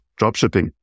dropshipping